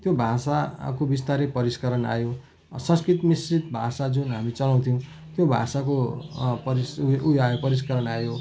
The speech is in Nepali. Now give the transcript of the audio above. त्यो भाषाको विस्तारै परिष्करण आयो संस्कृत मिश्रित भाषा जुन हामी चलाउँथ्यौँ त्यो भाषाको परिष्करण उयो आयो परिष्करण आयो